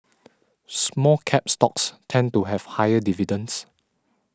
Small Cap stocks tend to have higher dividends